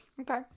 okay